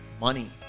money